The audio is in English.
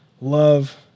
love